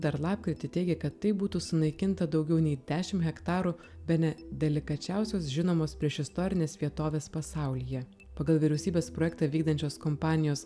dar lapkritį teigė kad taip būtų sunaikinta daugiau nei dešim hektarų bene delikačiausios žinomos priešistorinės vietovės pasaulyje pagal vyriausybės projektą vykdančios kompanijos